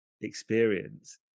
experience